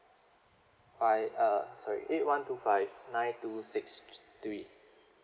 five uh sorry eight one two five nine two six three